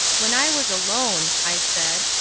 when i was alone, i said,